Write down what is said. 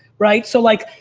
right? so like,